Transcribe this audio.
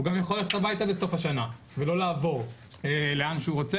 הוא יכול ללכת הביתה בסוף השנה ולא לעבור לאן שהוא רוצה